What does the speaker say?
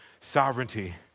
sovereignty